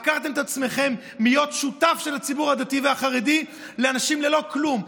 עקרתם את עצמכם מלהיות שותף של הציבור הדתי והחרדי לאנשים ללא כלום,